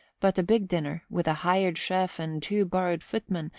but a big dinner, with a hired chef and two borrowed footmen,